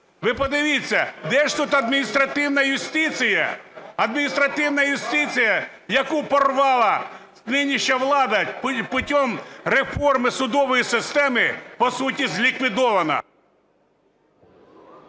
юстиція? Адміністративна юстиція, яку порвала нинішня влада путем реформи судової системи, по суті зліквідована.